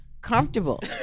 comfortable